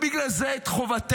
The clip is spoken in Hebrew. בגלל זה חובתנו